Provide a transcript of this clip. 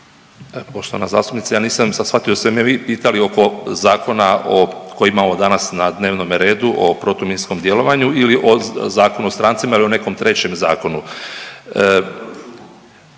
Poštovana zastupnice ja nisam sad shvatio jeste li me vi pitali oko zakona koji danas imamo na dnevnome redu o protuminskom djelovanju ili o Zakonu o strancima ili o nekom trećem zakonu.